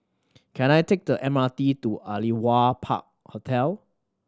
can I take the M R T to Aliwal Park Hotel